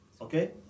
okay